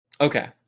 Okay